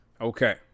Okay